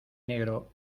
negro